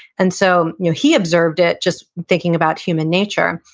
and so, you know he observed it just thinking about human nature,